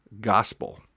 gospel